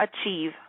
achieve